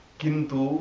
kintu